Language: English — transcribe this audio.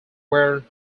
were